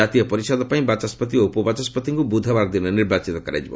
ଜାତୀୟ ପରିଷଦ ପାଇଁ ବାଚସ୍କତି ଓ ଉପବାଚସ୍କତିଙ୍କୁ ବୁଧବାର ଦିନ ନିର୍ବାଚିତ କରିବ